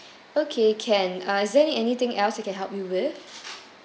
okay can uh is there anything else you can help me with